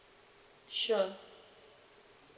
sure